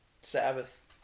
Sabbath